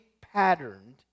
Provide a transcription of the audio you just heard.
patterned